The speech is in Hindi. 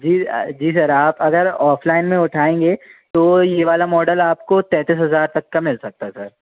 जी जी सर आप अगर ऑफलाइन में उठाएंगे तो ये वाला मॉडल आपको तैंतीस हज़ार तक का मिल सकता है सर